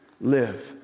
Live